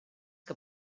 que